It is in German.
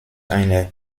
einer